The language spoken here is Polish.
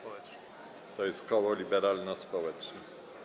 To jest koło Liberalno-Społeczni.